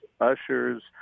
ushers